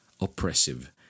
oppressive